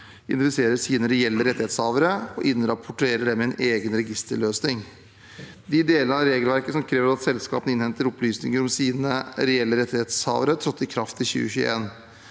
identifiserer sine reelle rettighetshavere og innrapporterer dem i en egen registerløsning. De delene av regelverket som krever at selskapene innhenter opplysninger om sine reelle rettighetshavere, trådte i kraft i 2021.